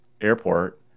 airport